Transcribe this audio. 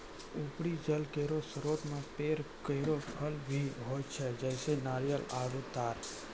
उपरी जल केरो स्रोत म पेड़ केरो फल भी होय छै, जैसें नारियल आरु तार